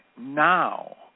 now